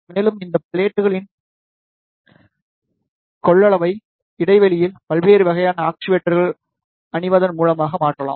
மேலும் இந்த ப்ளெட்களின் கொள்ளளவை இடைவெளியில் பல்வேறு வகையான ஆக்சுவேட்டர்கள் அணிவதன் முலமாகவும் மாற்றலாம்